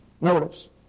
Notice